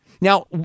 Now